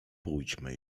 pójdźmy